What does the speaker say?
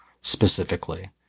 specifically